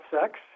sex